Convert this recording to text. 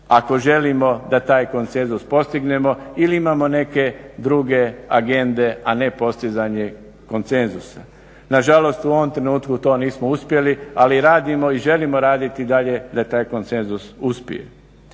ako želimo da taj konsenzus postignemo ili imamo neke druge agende a ne postizanje konsenzusa. Na žalost, u ovom trenutku to nismo uspjeli, ali radimo i želimo raditi i dalje da taj konsenzus uspije.